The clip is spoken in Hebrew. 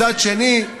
מצד שני,